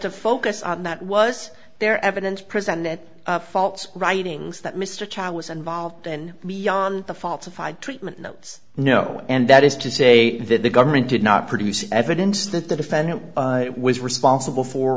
to focus on that was there evidence presented it faults writings that mr child was involved in beyond the falsified treatment no no and that is to say that the government did not produce evidence that the defendant was responsible for